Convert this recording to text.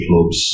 clubs